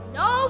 no